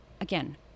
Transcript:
again